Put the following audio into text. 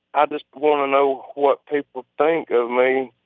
i just want to know what people think of me,